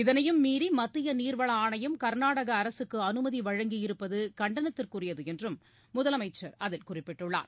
இதனையும் மீறி மத்திய நீர்வள ஆணையம் கர்நாடக அரசுக்கு அனுமதி வழங்கி இருப்பது கண்டனத்திற்குரியது என்றும் முதலமைச்சர் அதில் குறிப்பிட்டுள்ளார்